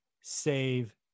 save